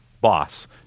boss